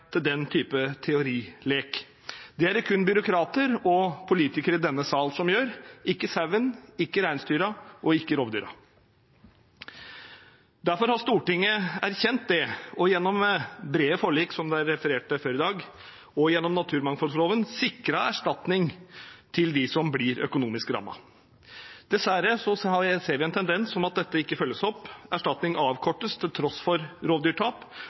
til den typen teorilek. Det er det kun byråkrater og politikere i denne salen som gjør – ikke sauene, ikke reinsdyrene og ikke rovdyrene. Derfor har Stortinget erkjent det og har gjennom brede forlik, som det er referert til før i dag, og gjennom naturmangfoldloven sikret erstatning til dem som blir økonomisk rammet. Dessverre ser vi en tendens til at dette ikke følges opp. Erstatning avkortes til tross for rovdyrtap,